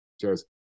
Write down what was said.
Cheers